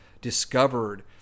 discovered